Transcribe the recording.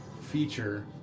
feature